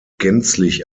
gänzlich